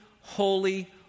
holy